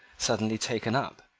suddenly taken up,